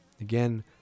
Again